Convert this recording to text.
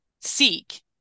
seek